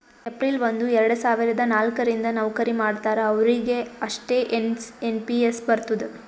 April ಒಂದು ಎರಡ ಸಾವಿರದ ನಾಲ್ಕ ರಿಂದ್ ನವ್ಕರಿ ಮಾಡ್ತಾರ ಅವ್ರಿಗ್ ಅಷ್ಟೇ ಎನ್ ಪಿ ಎಸ್ ಬರ್ತುದ್